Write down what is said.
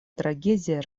трагедия